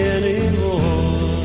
anymore